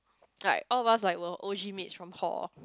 like all of us like were O_G mates from hall